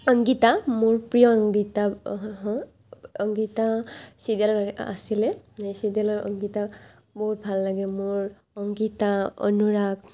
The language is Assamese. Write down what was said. অংগীতা মোৰ প্ৰিয় অংগীতা অংগীতা ছিদাল আছিলে সেই ছিদেলৰ অংগীতা বহুত ভাল লাগে মোৰ অংগীতা অনুৰাগ